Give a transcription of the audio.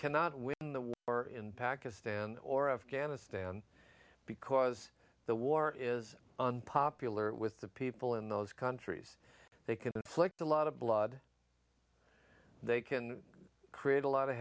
cannot win the war or in pakistan or afghanistan because the war is unpopular with the people in those countries they conflict a lot of blood they can create a lot of